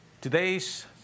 Today's